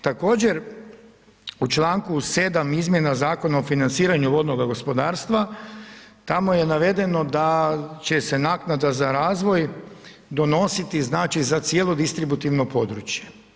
Također u članku 7. izmjena Zakona o financiranju vodnoga gospodarstva tamo je navedeno da će se naknada za razvoj donositi znači za cijelo distributivno područje.